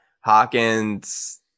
Hawkins